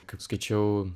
kaip skaičiau